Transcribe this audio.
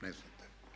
Ne znate.